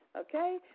Okay